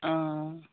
অ